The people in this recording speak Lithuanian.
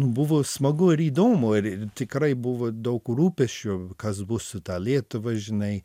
buvo smagu ir įdomu ir tikrai buvo daug rūpesčio kas bus su ta lietuva žinai